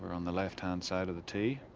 on the left-hand side of the tee